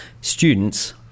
students